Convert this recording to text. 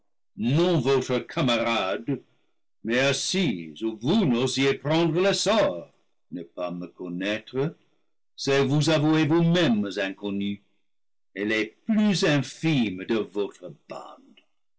non votre camarade mais assis où vous n'osiez prendre l'essor ne pas me connaître c'est vous avouer vous-mêmes inconnus et les plus infimes de votre